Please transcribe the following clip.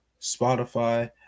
spotify